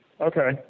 Okay